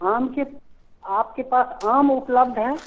आम के आपके पास आम उपलब्ध हैं